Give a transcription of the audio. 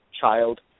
child